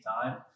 time